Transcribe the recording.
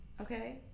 Okay